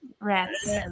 Rats